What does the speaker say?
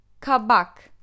Kabak